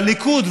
והליכוד,